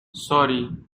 sorry